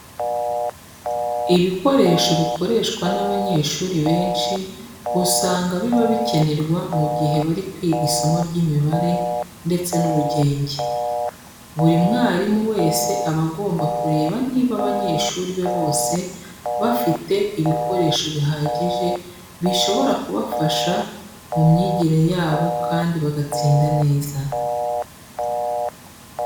Ibikoresho bikoreshwa n'abanyeshuri benshi, usanga biba bikenerwa mu gihe bari kwiga isomo ry'imibare ndetse n'ubugenge. Buri mwarimu wese aba agomba kureba niba abanyeshuri be bose bafite ibikoresho bihagije bishobora kubafasha mu myigire yabo kandi bagatsinda neza.